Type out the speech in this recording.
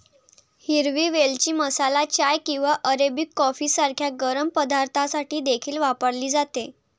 हिरवी वेलची मसाला चाय किंवा अरेबिक कॉफी सारख्या गरम पदार्थांसाठी देखील वापरली जाते